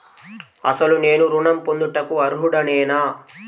అసలు నేను ఋణం పొందుటకు అర్హుడనేన?